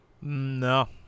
No